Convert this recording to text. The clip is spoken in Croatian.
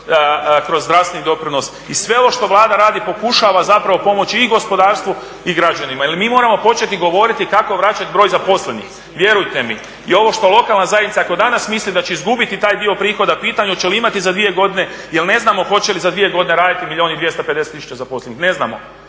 kroz zdravstveni doprinos i sve ovo što Vlada radi pokušava zapravo pomoći i gospodarstvu i građanima jer mi moramo početi govoriti kako vraćati broj zaposlenih. Vjerujte mi, i ovo što lokalna zajednica ako danas misli da će izgubiti taj dio prihoda, pitanje je hoće li imati za dvije godine jer ne znamo hoće li za dvije godine raditi milijun i 250 tisuća zaposlenih, ne znamo,